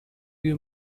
you